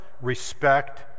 respect